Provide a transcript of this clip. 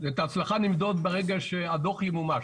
את ההצלחה נמדוד ברגע שהדוח ימומש,